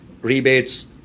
rebates